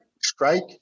strike